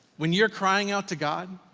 when you're crying out to god,